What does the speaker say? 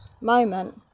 moment